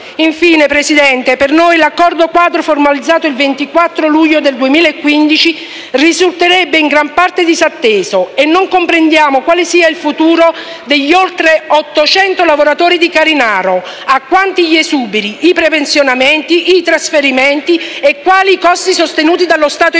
Infine, Presidente, per noi l'accordo quadro formalizzato il 24 luglio 2015 risulterebbe in gran parte disatteso e non comprendiamo quale sia il futuro degli oltre 800 lavoratori di Carinaro, quanti siano gli esuberi, i prepensionamenti, i trasferimenti e quali i costi sostenuti dallo Stato italiano.